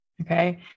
okay